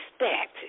respect